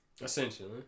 Essentially